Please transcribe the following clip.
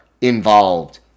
involved